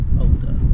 older